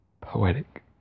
poetic